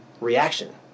reaction